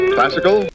Classical